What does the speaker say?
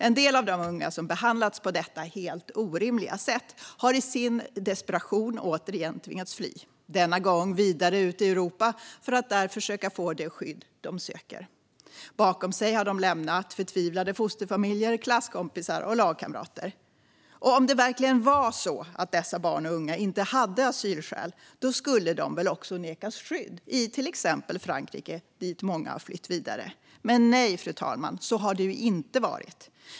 En del av de unga som behandlats på detta helt orimliga sätt har i sin desperation återigen tvingats fly - denna gång vidare ut i Europa för att där försöka få det skydd de söker. Bakom sig har de lämnat förtvivlade fosterfamiljer, klasskompisar och lagkamrater. Om det verkligen var så att dessa barn och unga inte hade asylskäl skulle de väl också nekas skydd i till exempel Frankrike dit många flytt vidare? Men nej, fru talman, så har det ju inte varit.